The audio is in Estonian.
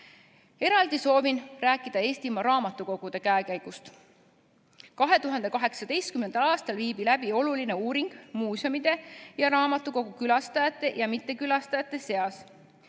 Eraldi soovin rääkida Eestimaa raamatukogude käekäigust. 2018. aastal viidi läbi oluline uuring muuseumide ja raamatukogu külastajate ja mittekülastajate seas.